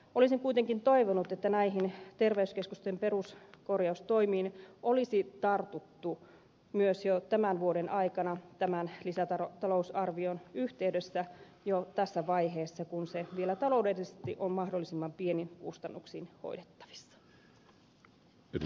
olisin kuitenkin toivonut että näihin terveyskeskusten peruskorjaustoimiin olisi tartuttu myös jo tämän vuoden aikana tämän lisätalousarvion yhteydessä jo tässä vaiheessa kun se vielä taloudellisesti on mahdollisimman pienin kustannuksin hoidettavissa